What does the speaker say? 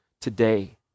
today